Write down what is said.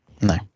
No